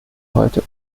heute